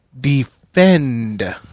defend